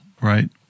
right